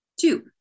Two